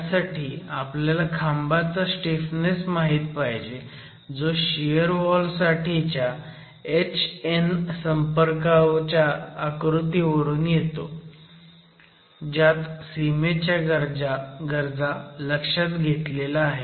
त्यासाठी आपल्याला खांबाचा स्टीफनेस माहीत पाहिजे जो शियर वॉल साठीच्या H N संपर्काच्या आकृतीवरून येतो ज्यात सीमेच्या गरजा लक्षात घेतल्या आहेत